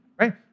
right